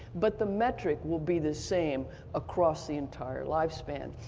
but the metric will be the same across the entire lifespan.